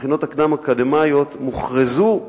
המכינות הקדם-אקדמיות מוכרזו,